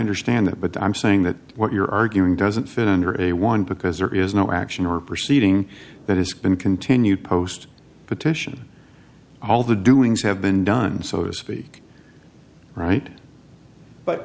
understand that but i'm saying that what you're arguing doesn't fit under a one because there is no action or proceeding that has been continued post petition all the doings have been done so to speak right but